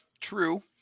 True